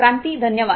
क्रांती धन्यवाद